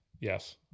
Yes